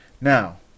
Now